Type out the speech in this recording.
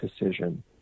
decision